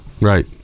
Right